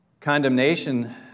condemnation